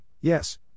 yes